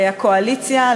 הקואליציה,